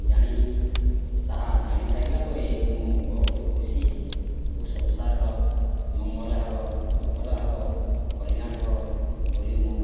ଜାଣିଯିବି ସାହା ଜାଣି ସାରିଲା ପରେ ମୁଁ ବହୁତ ଖୁସି ହେବି ଓ ସଂସାରର ମଙ୍ଗଳ ହେବ ଭଲ ହେବ କଲ୍ୟାଣ ହେବ ବୋଲି ମୁଁ